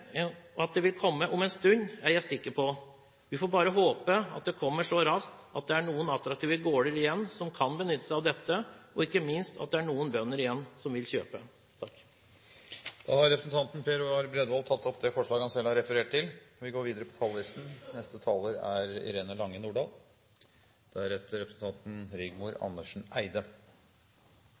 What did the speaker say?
om en stund, er jeg sikker på. Vi får bare håpe at det kommer så raskt at det er noen attraktive gårder igjen som kan benytte seg av dette, og ikke minst at det er noen bønder igjen som vil kjøpe. Representanten Per Roar Bredvold har tatt opp det forslaget han refererte til. I Meld. St. 9 for 2011–2012, om landbrukspolitikken, som nå er